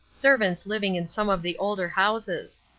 servants living in some of the older houses.